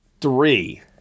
Three